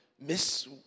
miss